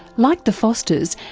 like the fosters,